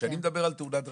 כשאני מדבר על תאונת דרכים,